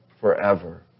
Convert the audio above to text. forever